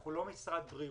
אנחנו לא משרד הבריאות.